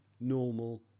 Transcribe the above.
normal